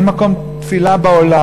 אין מקום תפילה בעולם,